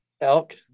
elk